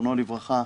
זיכרונו לברכה,